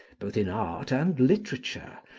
both in art and literature,